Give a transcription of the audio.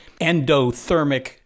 endothermic